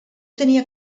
tenia